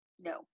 No